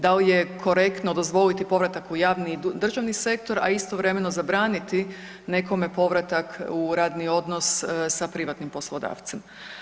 Da li je korektno dozvoliti povratak u javni državni sektor, a istovremeno zabraniti nekome povratak u radni odnos sa privatnim poslodavcem?